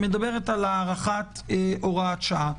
הארכת הוראת שעה.